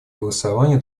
голосование